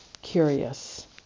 Curious